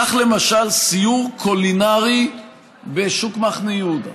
קח למשל סיור קולינרי בשוק מחנה יהודה.